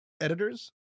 editors